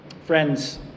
Friends